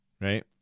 Right